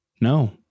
No